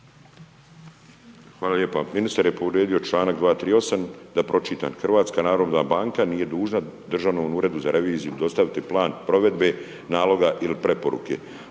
Hvala lijepa, ministar je povrijedio članak 238. da pročitan HNB nije dužna Državnom uredu za reviziju dostaviti plan provedbe, naloga ili preporuke,